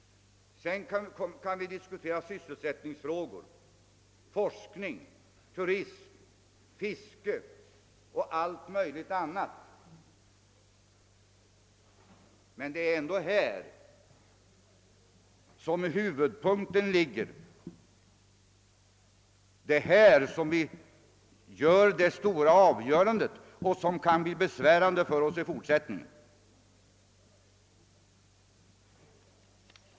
Sedan kan vi diskutera sysselsättningsfrågor, forskning, turism, fiske och allt möjligt annat, men det är ändå här som huvudpunkten ligger. Det är här som vi fattar det stora avgörande som kan bli besvärande för oss i fortsättningen.